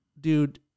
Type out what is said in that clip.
dude